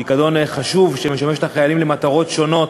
פיקדון חשוב שמשמש את החיילים למטרות שונות,